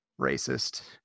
racist